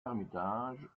ermitage